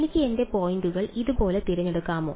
എനിക്ക് എന്റെ പോയിന്റുകൾ ഇതുപോലെ തിരഞ്ഞെടുക്കാമോ